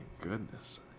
goodness